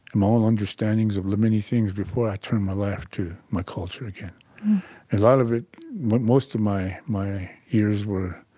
my own understandings of many things before i turned my life to my culture again a lot of it but most of my my years were